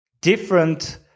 different